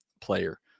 player